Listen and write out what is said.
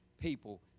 people